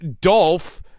Dolph